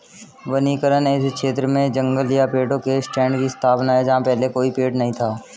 वनीकरण ऐसे क्षेत्र में जंगल या पेड़ों के स्टैंड की स्थापना है जहां पहले कोई पेड़ नहीं था